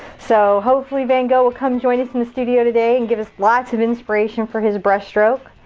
so hopefully van gogh will come join us in the studio today and give us lots of inspiration for his brush stroke.